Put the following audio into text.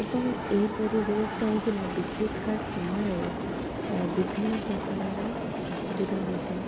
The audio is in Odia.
ଏବଂ ଏହିପରି ହୁଏ କାଇଁକି ନା ବିଦ୍ୟୁତ କାଟ ସମୟରେ ବିଭିନ୍ନ ପ୍ରକାରର ଅସୁବିଧା ହୋଇଥାଏ